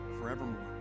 forevermore